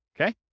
okay